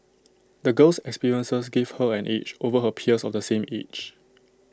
the girl's experiences gave her an edge over her peers of the same age